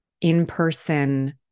in-person